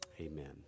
Amen